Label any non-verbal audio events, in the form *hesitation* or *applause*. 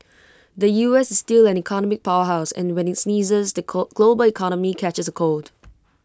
the U S is still an economic power house and when IT sneezes the *hesitation* global economy catches A cold